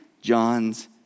John's